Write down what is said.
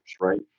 right